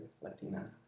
Latina